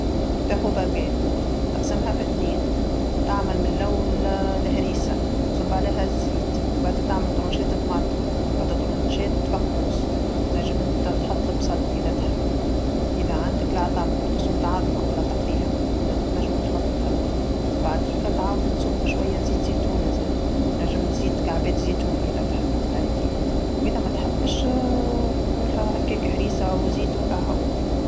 تاخذ خبزه، تقسمها في ثنين، تعمل من اللول الهريسه، تصب عليها الزيت، بعدها تعمل طرونشات طماطم، بعدها طرونشات فقوس، تنجم ت- تحط البصل إذا تحب، إذا عندك العظم تصمت عظمه ولا تقليها، تنجم تحطها، وبعديكا تعاود تصب شويه زيت زيتونه زاده، تنجم تزيد كعبات زيتون إذا تحب عادي، وإذا ماتحبش كولها هكاكا هريسه وزيت وهكا هاو.